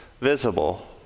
visible